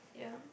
yeah